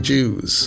Jews